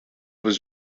was